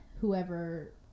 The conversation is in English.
whoever